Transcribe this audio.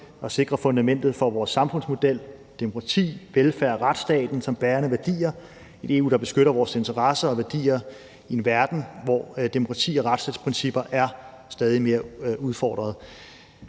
og sikrer fundamentet for vores samfundsmodel: demokrati, velfærd og retsstaten som bærende værdier, og et EU, der beskytter vores interesser og værdier i en verden, hvor demokrati og retsstatsprincipper er stadig mere udfordret.